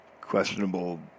questionable